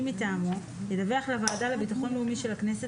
מטעמו ידווח לוועדה לביטחון לאומי של הכנסת,